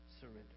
surrender